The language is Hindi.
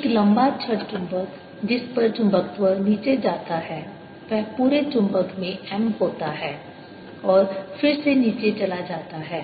एक लंबा छड़ चुंबक जिस पर चुंबकत्व नीचे जाता है वह पूरे चुंबक में M होता है और फिर से नीचे चला जाता है